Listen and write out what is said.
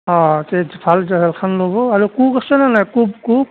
অঁ ভাল জাল এখন ল'ব আৰু কু গৈছেনে নাই কুক কুক